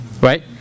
Right